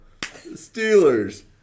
Steelers